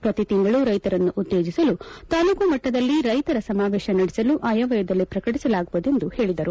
ಪ್ರತಿ ತಿಂಗಳು ರೈತರನ್ನು ಉತ್ತೇಜಸಲು ತಾಲೂಕು ಮಟ್ಟದಲ್ಲಿ ರೈತರ ಸಮಾವೇಶ ನಡೆಸಲು ಆಯವ್ಯಯದಲ್ಲಿ ಪ್ರಕಟಸಲಾಗುವುದು ಎಂದು ಹೇಳದರು